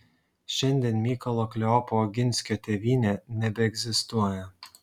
šiandien mykolo kleopo oginskio tėvynė nebeegzistuoja